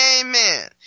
Amen